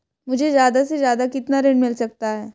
मुझे ज्यादा से ज्यादा कितना ऋण मिल सकता है?